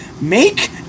make